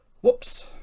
Whoops